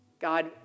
God